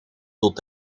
tot